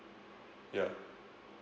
ya